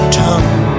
tongue